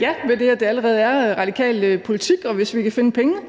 Ja, ved det, at det allerede er radikal politik. Hvis vi kan finde pengene,